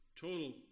total